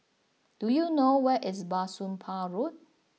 do you know where is Bah Soon Pah Road